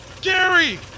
Gary